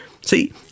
See